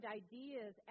ideas